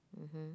mmhmm